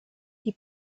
die